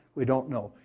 we don't know.